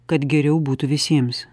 kad geriau būtų visiems